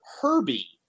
Herbie